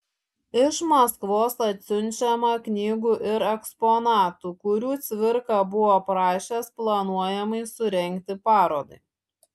iš maskvos atsiunčiama knygų ir eksponatų kurių cvirka buvo prašęs planuojamai surengti parodai